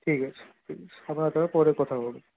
ঠিক আছে হুম আমরা তাহলে পরে কথা বলবো